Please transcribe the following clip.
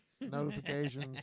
notifications